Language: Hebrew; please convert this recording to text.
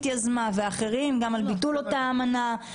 יזמה וגם אחרים על ביטול אותה אמנה,